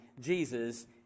Jesus